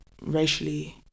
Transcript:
racially